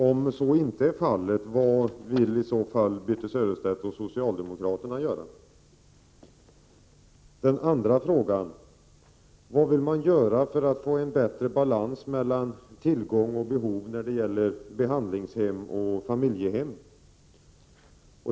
Om så inte är fallet, vad vill Birthe Sörestedt och socialdemokraterna göra? Den andra frågan är: Vad vill man göra för att få en bättre balans mellan tillgång och behov när det gäller behandlingshem och familjehem?